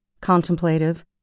contemplative